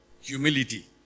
humility